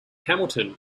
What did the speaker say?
hamilton